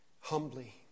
humbly